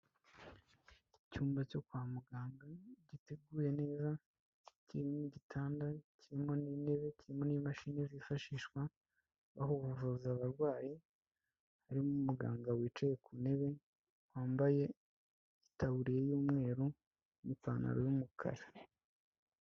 Icyumba cyo kwa muganga giteguye neza, iki n'igitanda kirimo n'intebe kirimo n'imashini zifashishwa aho uvuza abarwayi, harimo umuganga wicaye ku ntebe wambaye itaburiya y'umweru n'ipantaro y'umukara.